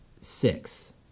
six